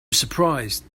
surprised